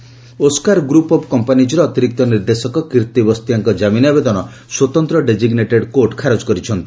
Kirti Bastia Oscar group of କମ୍ମାନିକର ଅତିରିକ୍ତ ନିର୍ଦ୍ଦେଶକ କୀର୍ତ୍ତି ବସ୍ତିଆଙ୍କ ଜାମିନ ଆବେଦନ ସ୍ୱତନ୍ତ ଡେକିନେଟେଡ୍ କୋର୍ଟ ଖାରଜ କରିଛନ୍ତି